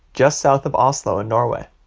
just south of oslo in norway.